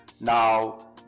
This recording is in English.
Now